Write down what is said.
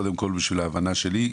קודם כל בשביל ההבנה שלי,